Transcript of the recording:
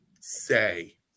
say